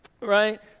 Right